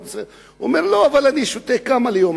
הוא אומר: לא, אבל אני שותה כמה ליום.